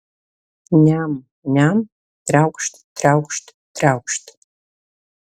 niam niam triaukšt triaukšt triaukšt